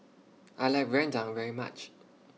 I like Rendang very much